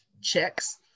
checks